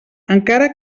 encara